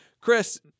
Chris